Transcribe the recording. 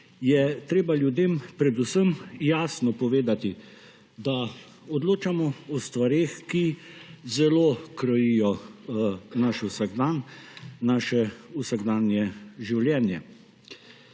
je treba ljudem predvsem jasno povedati, da odločamo o stvareh, ki zelo krojijo naš vsakdan, naše